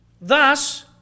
Thus